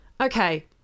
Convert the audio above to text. Okay